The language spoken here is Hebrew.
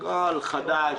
הכול חדש,